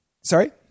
sorry